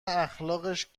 اخلاقش